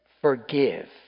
forgive